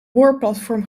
boorplatform